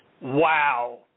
Wow